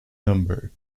number